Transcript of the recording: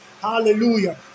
hallelujah